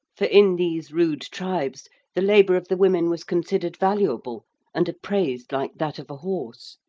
for in these rude tribes the labour of the women was considered valuable and appraised like that of a horse.